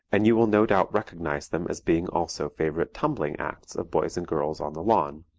and you will no doubt recognize them as being also favorite tumbling acts of boys and girls on the lawn.